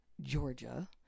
Georgia